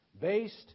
based